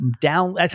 down